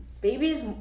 babies